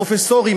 הפרופסורים,